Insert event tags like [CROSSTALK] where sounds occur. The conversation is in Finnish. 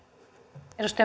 arvoisa [UNINTELLIGIBLE]